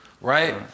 Right